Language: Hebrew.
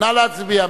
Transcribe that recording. נא להצביע.